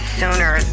sooner